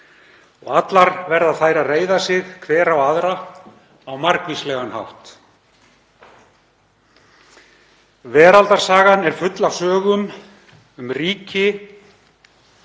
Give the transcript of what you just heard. og allar verða þær að reiða sig hver á aðra á margvíslegan hátt. Veraldarsagan er full af sögum um ríki,